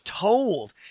told